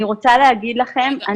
אני רוצה להגיד לכם,